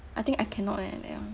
I think I cannot eh that one